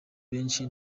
benshi